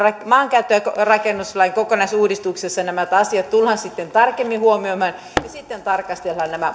maankäyttö ja rakennuslain kokonaisuudistuksessa nämä asiat tullaan sitten tarkemmin huomioimaan ja sitten tarkastellaan nämä